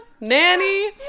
nanny